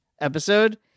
episode